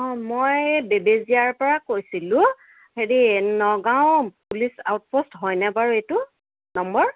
অঁ মই বেবেজীয়াৰ পৰা কৈছিলোঁ হেৰি নগাওঁ পুলিচ আউটপ'ষ্ট হয় নে বাৰু এইটো নম্বৰ